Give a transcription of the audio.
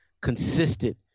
consistent